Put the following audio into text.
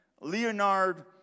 Leonard